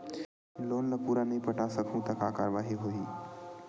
Loan ला पूरा नई पटा सकहुं का कारवाही होही?